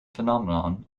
phenomenon